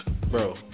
bro